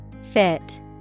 Fit